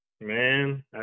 Man